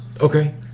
Okay